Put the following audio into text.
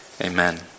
Amen